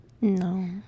No